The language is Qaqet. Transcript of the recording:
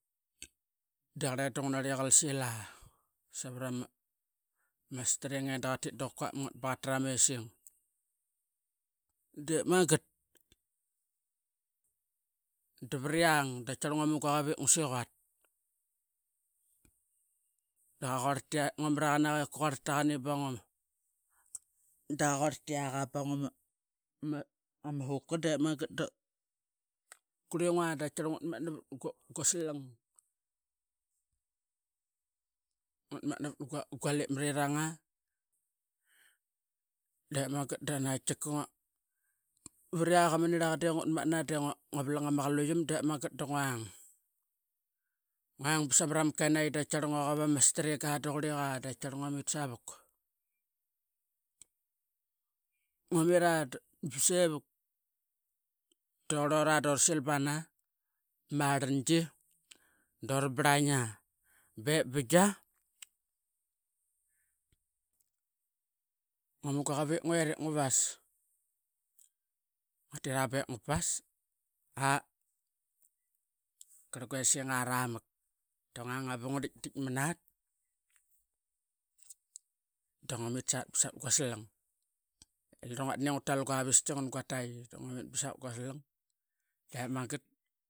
Deqar eda ngunari qarkila savarama string bala qatit da qa quap ngat ba qatarama essing. Dep magat da variang da qatiqar ngua lugua qavap ip ngu siquat nguam maraqana qa ip kaquar tqani barak qaqua da qaquar tia gam ama hoker qurengua da ngutmatna vat gua slang ngat matna vatgua galip mariringa dep megat davri yak ama niraqa de ngutmatna de ngua valng ama qa li utki yam ngung basamara makainaqi. Da qartangar ngia quap ama stringa kuriqa daqaitaqar ngua mit savuk ngua mirada basivuk da qurora doralsil bana bama arangi do ra baraia bep binga ngua mugu a qavap ip nguet ip nguaras nguatitra bep ngua pas aa qar quessinga a tramak da nguang aa ba ngua ditit manat da ngua mit satt pasavat gua salang dap lirangu atit inguatal guaviski ngan qu gataqi dangua mit savat guasalange. Dep magat.